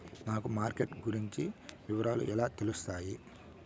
నాకు మార్కెట్ గురించి వివరాలు ఎలా తెలుస్తాయి?